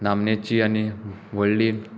नामनेची आनी व्हडली